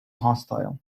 hostile